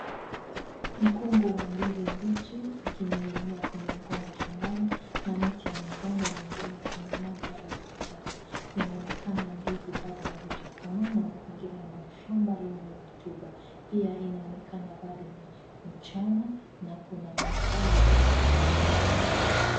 Mkungu wa ndizi mbichi ukining'inia kwenye mgomba shambani, na mti wa migomba mengine kwenye mandhari ya kijani . Inaonekana ndizi bado hazijakomaa na mazingira ni ya shamba lenye rutuba. Pia inaonekana bado ni mchana na kuna madhara ya utulivu.